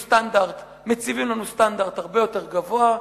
מציבים לנו סטנדרט הרבה יותר גבוה.